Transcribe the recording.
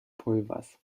pulvers